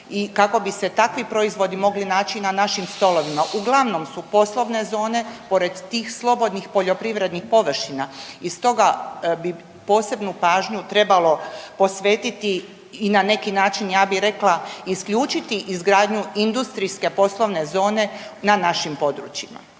kako bi se takvi proizvodi mogli naći na našim stolovima. Uglavnom su poslovne zone pored tih slobodnih poljoprivrednih površina i stoga bi posebnu pažnju trebalo posvetiti i na neki način ja bi rekla i isključiti izgradnju industrijske poslovne zone na našim područjima.